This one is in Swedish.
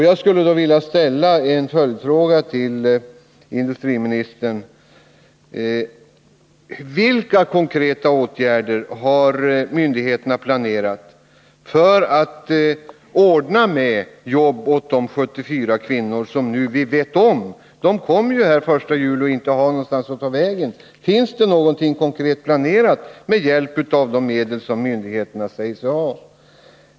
Jag skulle då vilja ställa en följdfråga till industriministern: Vilka konkreta åtgärder har myndigheterna planerat för att ordna med jobb åt de 74 kvinnor som vi vet den 1 juli inte kommer att ha någonstans att ta vägen? Finns det någonting konkret planerat med hjälp av de medel som myndigheterna säger sig ha?